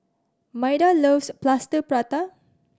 Maida loves Plaster Prata